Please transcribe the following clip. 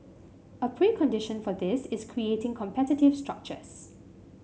a precondition for this is creating competitive structures